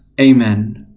Amen